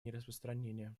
нераспространения